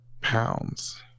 pounds